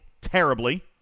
terribly